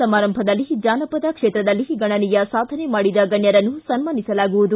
ಸಮಾರಂಭದಲ್ಲಿ ಜಾನಪದ ಕ್ಷೇತ್ರದಲ್ಲಿ ಗಣನೀಯ ಸಾಧನೆ ಮಾಡಿದ ಗಣ್ಯರನ್ನು ಸನ್ನಾನಿಸಲಾಗುವುದು